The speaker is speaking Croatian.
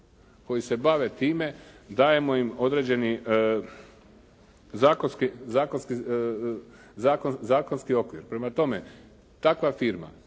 koji se bave time dajemo im određeni zakonski okvir. Prema tome, takva firma